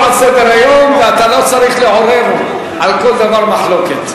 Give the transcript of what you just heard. זה לא על סדר-היום ואתה לא צריך לעורר על כל דבר מחלוקת.